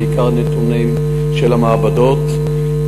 בעיקר נתונים של המעבדות,